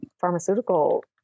pharmaceutical